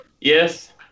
yes